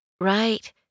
Right